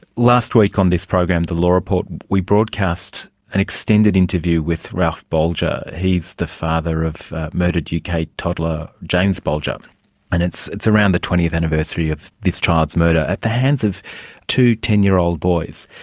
last week on this program, the law report, we broadcast an extended interview with ralph bulger. he's the father of murdered uk kind of toddler james bulger um and it's it's around the twentieth anniversary of this child's murder at the hands of two ten-year-old boys.